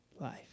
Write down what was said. life